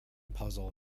puzzle